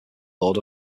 lord